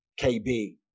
KB